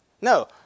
no